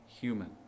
human